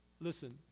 listen